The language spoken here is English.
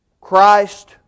Christ